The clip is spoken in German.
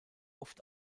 oft